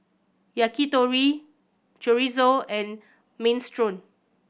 Yakitori Chorizo and Minestrone